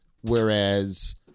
whereas